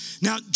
Now